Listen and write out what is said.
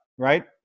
right